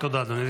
תודה, אדוני.